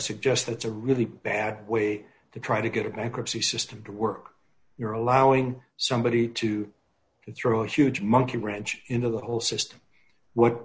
suggest that's a really bad way to try to get a bankruptcy system to work you're allowing somebody to throw a huge monkey wrench into the whole system what